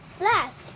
last